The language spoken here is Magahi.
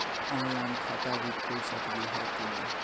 ऑनलाइन खाता भी खुल सकली है कि नही?